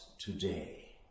today